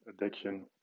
addiction